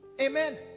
Amen